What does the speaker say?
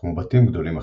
וכמו בתים גדולים אחרים,